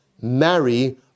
marry